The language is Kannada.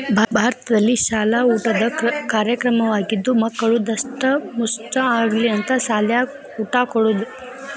ಭಾರತದಲ್ಲಿಶಾಲ ಊಟದ ಕಾರ್ಯಕ್ರಮವಾಗಿದ್ದು ಮಕ್ಕಳು ದಸ್ಟಮುಷ್ಠ ಆಗಲಿ ಅಂತ ಸಾಲ್ಯಾಗ ಊಟ ಕೊಡುದ